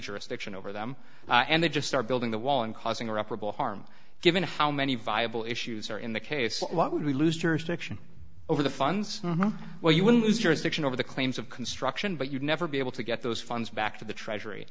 jurisdiction over them and they just start building the wall and causing a reparable harm given how many viable issues are in the case why would we lose jurisdiction over the funds well you would lose your addiction over the claims of construction but you'd never be able to get those funds back to the treasury